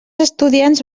estudiants